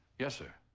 yes, sir.